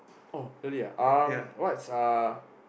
oh really ah um what's uh